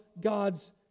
God's